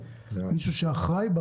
מישהו שאחראי,